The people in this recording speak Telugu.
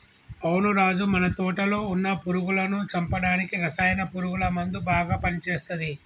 అవును రాజు మన తోటలో వున్న పురుగులను చంపడానికి రసాయన పురుగుల మందు బాగా పని చేస్తది